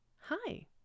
hi